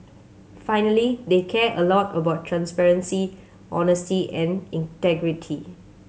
finally they care a lot about transparency honesty and integrity